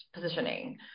positioning